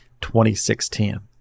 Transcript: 2016